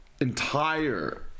entire